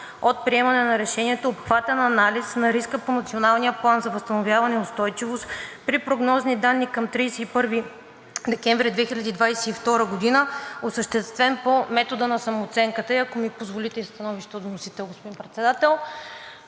от приемане на решението обхватен анализ на риска по Националния план за възстановяване и устойчивост при прогнозни данни към 31 декември 2022 г., осъществен по метода на самооценката.“ Господин Председател, ако ми позволите и Становище от вносител. Колеги, в последната